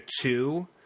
two